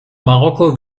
marokko